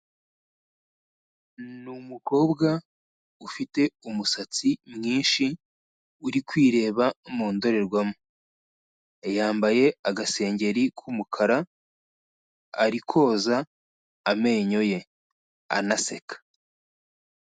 Ni umukobwa ufite umusatsi mwinshi, uri kwireba mu ndorerwamo, yambaye agasengeri k'umukara ari koza amenyo ye anaseka.